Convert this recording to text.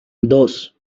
dos